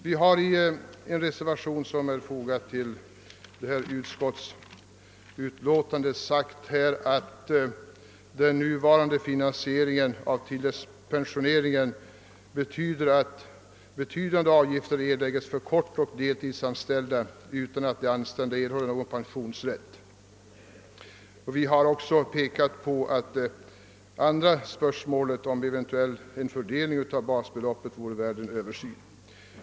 Vi har i en reservation som är fogad till utskottsutlåtandet sagt, att den nuvarande finansieringen av tilläggspensioneringen innebär att betydande avgifter erläggs för kortoch deltidsanställda utan att de anställda erhåller någon pensionsrätt. Vi har också pekat på att det andra spörsmålet, om en eventuell fördelning av basbeloppet, vore värt en översyn.